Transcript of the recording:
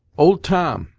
old tom!